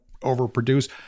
overproduce